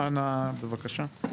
אנה, בבקשה.